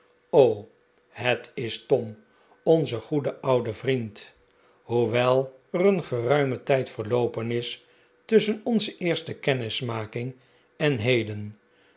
het is tom onze goede oude vriend hoewel er een geruime tijd verloopen is tusschen onze eerste kennismaking en heden